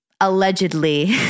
allegedly